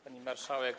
Pani Marszałek!